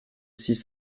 six